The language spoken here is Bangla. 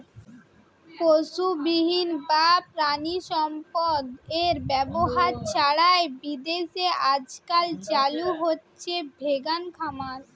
পশুবিহীন বা প্রাণিসম্পদএর ব্যবহার ছাড়াই বিদেশে আজকাল চালু হইচে ভেগান খামার